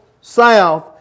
south